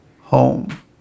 home